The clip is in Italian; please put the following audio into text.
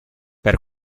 per